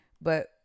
but-